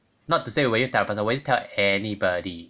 not to say will you tell the person will you tell anybody